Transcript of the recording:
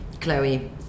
Chloe